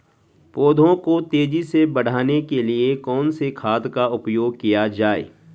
पौधों को तेजी से बढ़ाने के लिए कौन से खाद का उपयोग किया जाए?